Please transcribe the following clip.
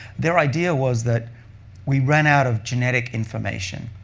their idea was that we ran out of genetic information,